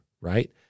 right